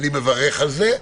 אני מברך על זה.